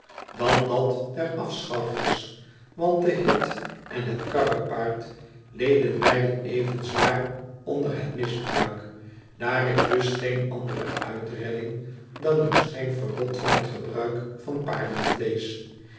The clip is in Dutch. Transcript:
dan dat der afschaffers want de hit en het karrepaard leden beiden even zwaar door het misbruik daar is dus geen andere uitredding dan een streng verbod van het gebruik van paardenvleesch